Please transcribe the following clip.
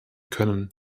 können